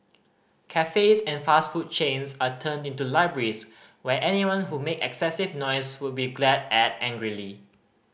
cafes and fast food chains are turned into libraries where anyone who make excessive noise would be glared at angrily